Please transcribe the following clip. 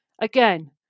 Again